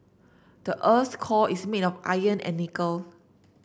the earth's core is made of iron and nickel